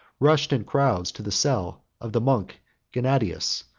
rushed in crowds to the cell of the monk gennadius,